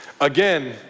Again